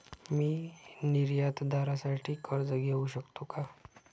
मी निर्यातदारासाठी कर्ज घेऊ शकतो का?